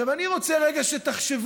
עכשיו, אני רוצה רגע שתחשבו,